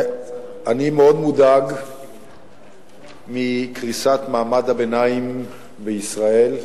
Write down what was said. אני מאוד מודאג מקריסת מעמד הביניים בישראל.